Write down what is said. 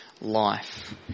life